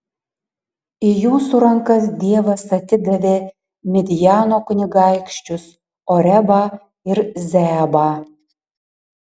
į jūsų rankas dievas atidavė midjano kunigaikščius orebą ir zeebą